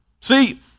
See